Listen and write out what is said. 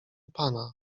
pana